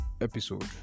episode